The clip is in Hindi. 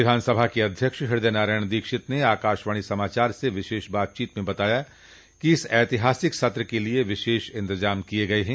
विधानसभा के अध्यक्ष हृदय नारायण दीक्षित ने आकाशवाणी समाचार से विशेष बातचीत में बताया कि इस ऐतिहासिक सत्र के लिये विशेष इंतजाम किये गये हैं